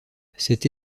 cette